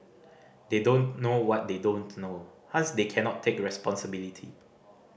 they don't know what they don't know hence they cannot take responsibility